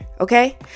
okay